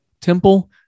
Temple